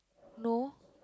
no